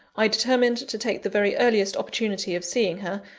i determined to take the very earliest opportunity of seeing her,